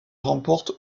remporte